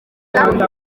yavuze